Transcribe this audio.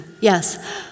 yes